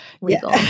legal